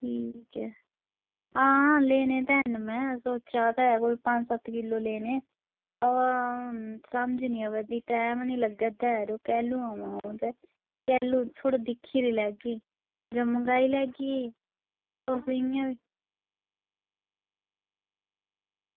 अं ठीक ऐ आं लैने ते ऐ में कुछ जादा पंज सत्त किलो लैने ते समझ निं लग्गा दी टैम निं लग्गा दा यरो कैलूं आमां चलो छुड़ो दिक्खी लैगी जां मंगाई बी लैगी चलो जियां बी